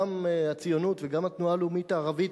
גם הציונות וגם התנועה הלאומית הערבית,